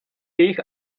jejich